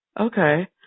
Okay